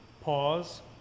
pause